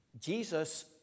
Jesus